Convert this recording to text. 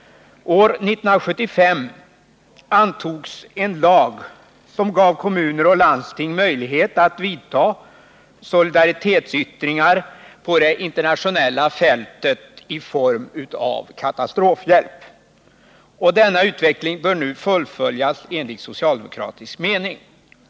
År 1975 antogs en lag som gav kommuner och landsting möjlighet att vidta solidaritetsyttringar på det internationella fältet i form av katastrofhjälp. Denna utveckling bör enligt socialdemokratisk mening nu fullföljas.